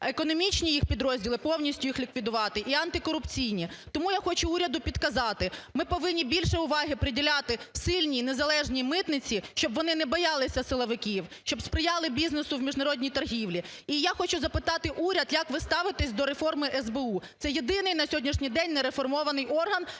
економічні їх підрозділи, повністю їх ліквідувати і антикорупційні. Тому я хочу уряду підказати, ми повинні більше уваги приділяти сильній незалежній митниці, щоб вони не боялися силовиків, щоб сприяли бізнесу в міжнародній торгівлі. І я хочу запитати уряд, як ви ставитесь до реформи СБУ. Це єдиний на сьогоднішній день не реформований орган,